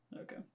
Okay